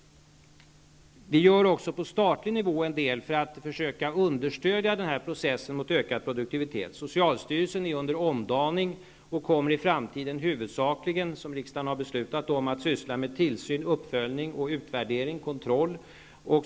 Vi gör också på statlig nivå en del för att försöka understödja processen mot ökad produktivitet. Socialstyrelsen är under omdaning och kommer, som riksdagen har beslutat, i framtiden huvudsakligen att syssla med tillsyn, uppföljning, utvärdering och kontroll.